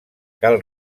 cal